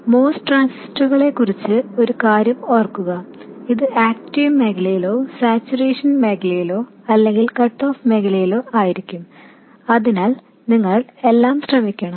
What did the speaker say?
ഇപ്പോൾ MOS ട്രാൻസിസ്റ്ററുകളെക്കുറിച്ച് ഒരു കാര്യം ഓർക്കുക അത് ആക്റ്റീവ് മേഖലയിലോ സാച്ചുറേഷൻ മേഖലയിലോ അല്ലെങ്കിൽ കട്ട് ഓഫ് മേഖലയിലോ ആയിരിക്കും അതിനാൽ നിങ്ങൾ ഇവയെല്ലാം ശ്രമിച്ച് നോക്കണം